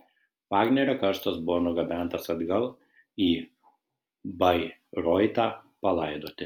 vagnerio karstas buvo nugabentas atgal į bairoitą palaidoti